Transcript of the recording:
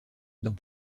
dans